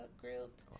group